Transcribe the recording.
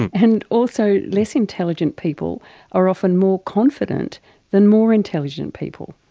and also less intelligent people are often more confident than more intelligent people.